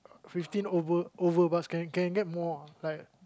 fifteen over over bucks can can get more ah like